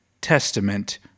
Testament